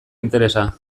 interesa